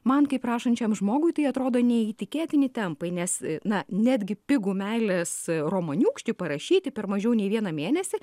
man kaip rašančiam žmogui tai atrodo neįtikėtini tempai nes na netgi pigų meilės romaniūkštį parašyti per mažiau nei vieną mėnesį